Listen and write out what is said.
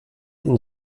ihn